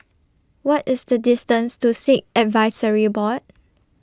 What IS The distance to Sikh Advisory Board